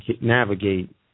navigate